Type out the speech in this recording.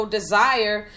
desire